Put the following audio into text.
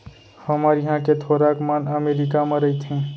हमर इहॉं के थोरक मन अमरीका म रइथें